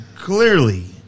clearly